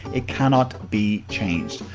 it cannot be changed.